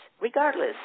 regardless